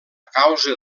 causa